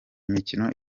mikino